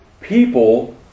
people